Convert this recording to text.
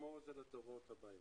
ולשמור את זה לדורות הבאים.